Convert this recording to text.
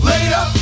Later